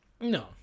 No